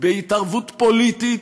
בהתערבות פוליטית,